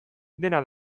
dena